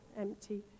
empty